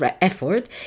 effort